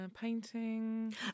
painting